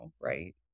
right